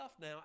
now